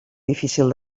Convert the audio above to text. difícil